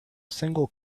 single